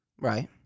right